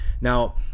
now